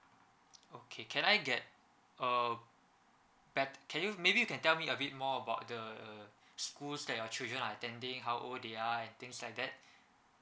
okay can I get a bet~ can you maybe you can tell me a bit more about the schools that your children are attending how old they are and things like that